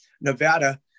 Nevada